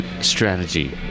Strategy